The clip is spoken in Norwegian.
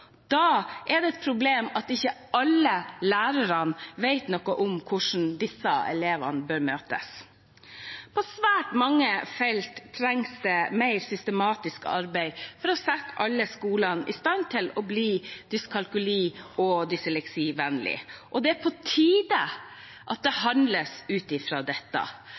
da er det et problem at ikke alle lærerne vet noe om hvordan disse elevene bør møtes. På svært mange felt trengs det et mer systematisk arbeid for å sette alle skolene i stand til å bli dyskalkuli- og dysleksivennlige. Det er på tide at det handles ut fra dette.